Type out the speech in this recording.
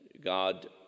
God